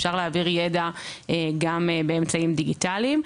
אפשר להעביר ידע גם באמצעים דיגיטליים.